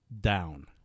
down